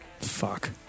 Fuck